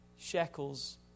shekels